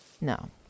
No